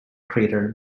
crater